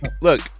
look